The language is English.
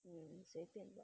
um 随便吧